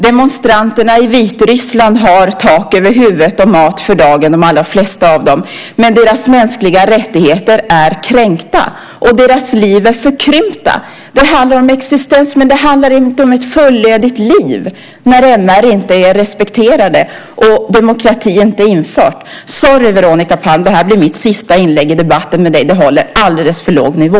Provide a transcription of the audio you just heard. Demonstranterna i Vitryssland har tak över huvudet och mat för dagen, de allra flesta av dem, men deras mänskliga rättigheter är kränkta, och deras liv är förkrympta. Det handlar om existens, men det handlar inte om ett fullödigt liv när mänskliga rättigheter inte är respekterade och demokrati inte är infört. Sorry, Veronica Palm, men det här blir mitt sista inlägg i debatten med dig. Den håller alldeles för låg nivå.